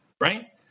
right